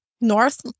north